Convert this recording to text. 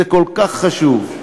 זה כל כך חשוב,